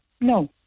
No